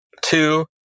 two